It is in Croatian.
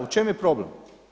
U čemu je problem?